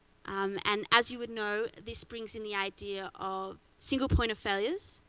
um and as you know, this brings in the idea of single point of failures,